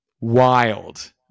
Wild